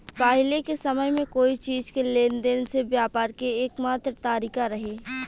पाहिले के समय में कोई चीज़ के लेन देन से व्यापार के एकमात्र तारिका रहे